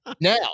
Now